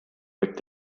võib